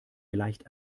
gleicht